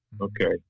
Okay